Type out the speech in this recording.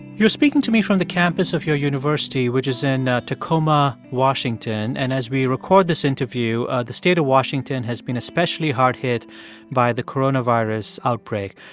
you're speaking to me from the campus of your university, which is in tacoma, wash. and as we record this interview, ah the state of washington has been especially hard hit by the coronavirus outbreak.